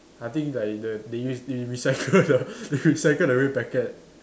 I think like the they use they recycle the they recycle the red packet